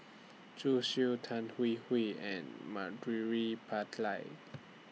Zhu Xu Tan Hwee Hwee and